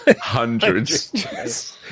hundreds